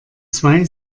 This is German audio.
zwei